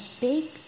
big